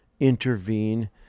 intervene